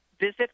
visit